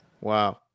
Wow